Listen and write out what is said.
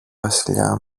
βασιλιά